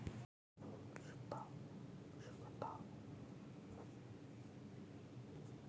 तुम्ही तुमच्या बँक खात्यातील शिल्लक मोबाईलवर तपासू शकता